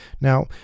Now